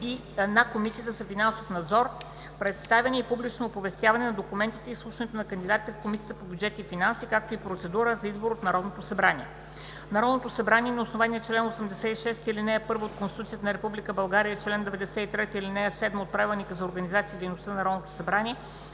на Комисията за финансов надзор, представяне и публично оповестяване на документите и изслушването на кандидатите в Комисията по бюджет и финанси, както и процедурата за избор от Народното събрание Народното събрание на основание чл. 86, ал. 1 от Конституцията на Република България и чл. 93, ал. 7 от Правилника за организацията и дейността на Народното събрание